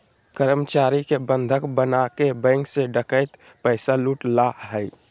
कर्मचारी के बंधक बनाके बैंक से डकैत पैसा लूट ला हइ